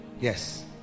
yes